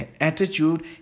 attitude